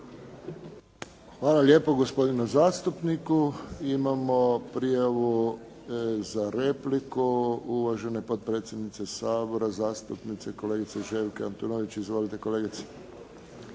Hvala lijepo gospodinu zastupniku. Imamo prijavu za repliku uvažene potpredsjednice Sabora zastupnice kolegice Željke Antunović. Izvolite kolegice.